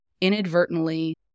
inadvertently